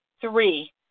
three